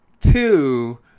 Two